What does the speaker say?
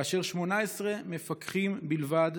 כאשר 18 מפקחים בלבד